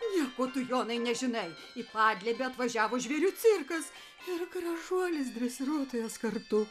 nieko tu jonai nežinai į paglėbį atvažiavo žvėrių cirkas ir gražuolis dresiruotojas kartu